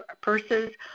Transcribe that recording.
purses